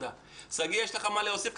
יש לך מה להוסיף?